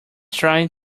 trying